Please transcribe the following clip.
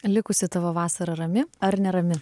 likusi tavo vasara rami ar nerami